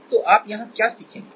तो आप यहाँ क्या सीखेंगे